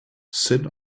sit